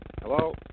Hello